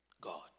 God